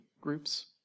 groups